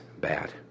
bad